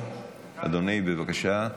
בבקשה.